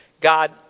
God